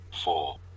Four